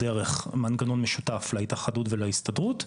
דרך מנגנון משותף להתאחדות ולהסתדרות,